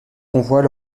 convois